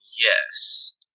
Yes